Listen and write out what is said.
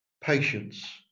patience